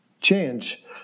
change